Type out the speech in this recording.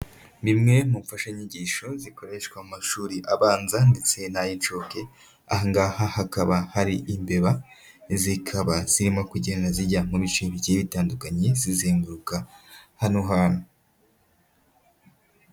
Ni imwe mu mfashanyigisho zikoreshwa mu mashuri abanza ndetse n'ay'inshuke, aha ngaha hakaba hari imbeba zikaba zirimo kugenda zijya mu bice bigiye bitandukanye zizenguruka hano hantu.